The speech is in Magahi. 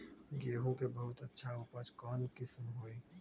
गेंहू के बहुत अच्छा उपज कौन किस्म होई?